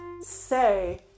say